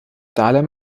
dahlem